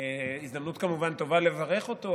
זו כמובן הזדמנות טובה לברך אותו,